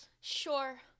Sure